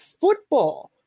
football